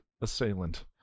assailant